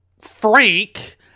Frank